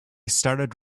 started